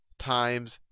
times